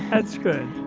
that's good.